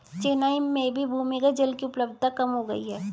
चेन्नई में भी भूमिगत जल की उपलब्धता कम हो गई है